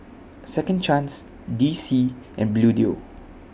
Second Chance D C and Bluedio